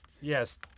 Yes